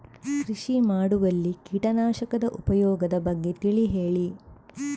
ಕೃಷಿ ಮಾಡುವಲ್ಲಿ ಕೀಟನಾಶಕದ ಉಪಯೋಗದ ಬಗ್ಗೆ ತಿಳಿ ಹೇಳಿ